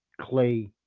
Clay